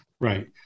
Right